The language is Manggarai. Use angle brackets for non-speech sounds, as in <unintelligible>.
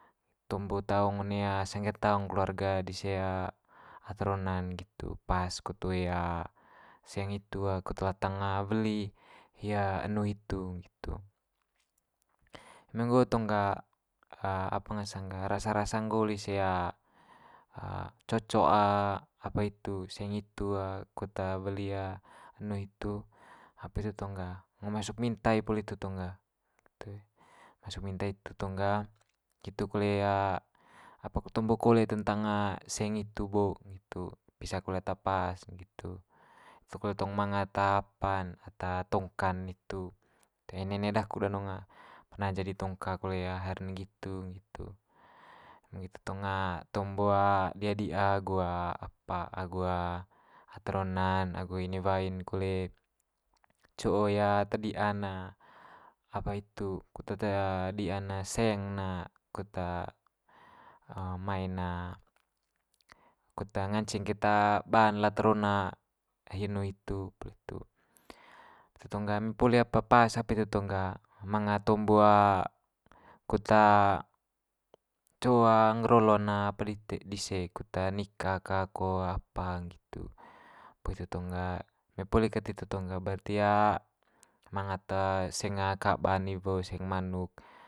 Tombo taung one sangge'd taung keluarga dise ata rona'n nggitu pas ko toe seng itu kut latang weli hia enu hitu nggitu. Eme nggo tong ga <hesitation> apa ngasang ga rasa rasa nggo lise <hesitation> cocok <hesitation> apa itu seng itu kut weli enu hitu, <unintelligible> hitu tong ga ngo masuk minta i poli itu tong ga masuk minta hitu tong ga nggitu kole apa kut tombo kole tentang seng hitu bo nggitu, pisa kole ata pas nggitu. <unintelligible> tong manga ata apa'n ata tongka'n nitu, tae nene daku danong perna jadi tongka kole haer ne nggitu nggitu. Eme nggitu tong tombo dia dia agu apa agu ata rona'n agu inewai'n kole, co i ata dia'n apa hitu kut ata dia'n ne seng ne kut <hesitation> mai'n kut nganceng keta ba'n lata rona hi enu hitu poli itu, itu tong ga eme poli apa pas apa itu tong ga manga tombo kut co ngger olo'n ne apa dite dise kut nika ka ko apa nggitu. Poli hitu tong ga, eme poli kat itu tong ga barti manga te seng kaba'n iwo seng manuk.